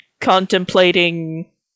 contemplating